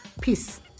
peace